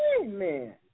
Amen